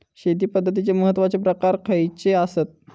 शेती पद्धतीचे महत्वाचे प्रकार खयचे आसत?